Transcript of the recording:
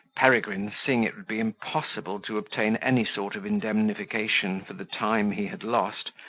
peregrine, seeing it would be impossible to obtain any sort of indemnification for the time he had lost,